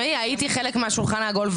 הייתי חלק מהשולחן העגול,